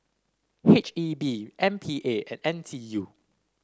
H E B M P A and N T U